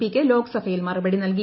പിക്ക് ലോക്സഭയിൽ മറുപടി നൽകി